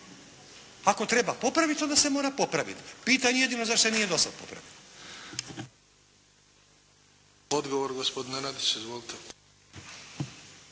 Ako treba popraviti, onda se mora popraviti. Pitam jedino zašto se nije do sada popravilo?